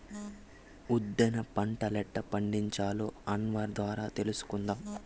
ఉద్దేన పంటలెట్టా పండించాలో అన్వర్ ద్వారా తెలుసుకుందాం